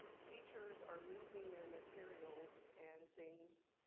teachers are losing their materials and things,